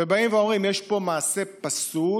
באים ואומרים שיש פה מעשה פסול,